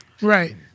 Right